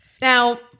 Now